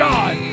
God